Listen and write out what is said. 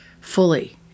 fully